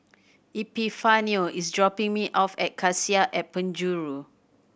Epifanio is dropping me off at Cassia at Penjuru